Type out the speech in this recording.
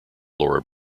laura